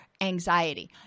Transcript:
anxiety